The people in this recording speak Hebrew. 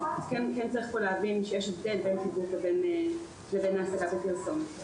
אז צריך להבין שיש הבדל בין תיווך לבין העסקה בפרסומת.